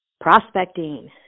prospecting